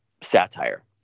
satire